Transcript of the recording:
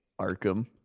arkham